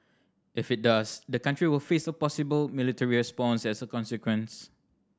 if it does the country will face a possible military response as a consequence